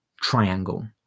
triangle